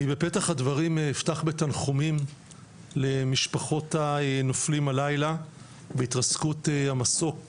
בפתח הדברים אפתח בתנחומים למשפחות הנופלים הלילה בהתרסקות המסוק